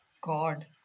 God